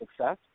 success